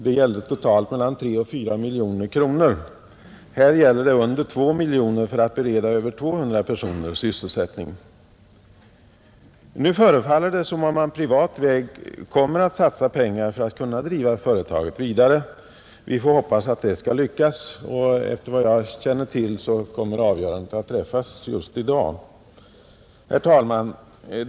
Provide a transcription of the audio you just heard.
Det gällde totalt mellan tre och fyra miljoner kronor. Här gäller det mindre än två miljoner kronor för att bereda 200 personer sysselsättning. Nu förefaller det som om man på privat väg kommer att satsa pengar för att driva företaget vidare. Vi får hoppas att det skall lyckas. Efter vad jag känner till kommer avgörandet att träffas just i dag. Herr talman!